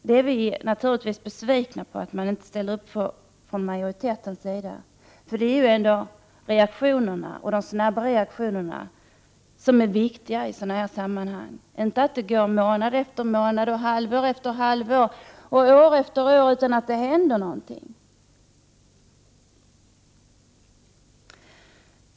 Vi är naturligtvis besvikna över att majoriteten inte ställer upp. Det är ändå de snabba reaktionerna som är viktiga i sådana här sammanhang, inte att det går månad efter månad, halvår efter halvår och år efter år utan att det händer någonting.